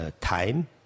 time